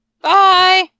Bye